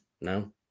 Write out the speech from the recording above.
No